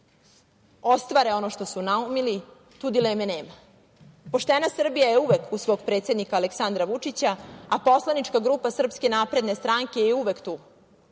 ostvare ono što su naumili, tu dileme nema. Poštena Srbija je uvek uz svog predsednika Aleksandra Vučića, a poslanička grupa SNS je uvek tu